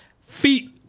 feet